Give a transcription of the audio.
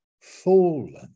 fallen